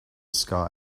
sky